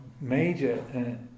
major